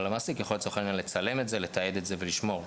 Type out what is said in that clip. אבל המעסיק יכול, לצורך העניין, לתעד ולשמור.